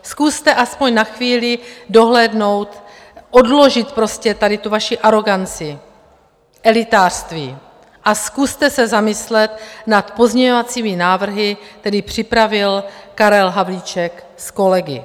Zkuste aspoň na chvíli dohlédnout, odložit prostě tady tu vaši aroganci, elitářství a zkuste se zamyslet nad pozměňovacími návrhy, které připravil Karel Havlíček s kolegy.